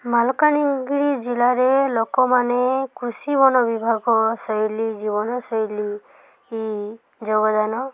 ମାଲକାନିଗିରି ଜିଲ୍ଲାରେ ଲୋକମାନେ କୃଷି ବନ ବିଭାଗ ଶୈଳୀ ଜୀବନଶୈଳୀ ଯୋଗଦାନ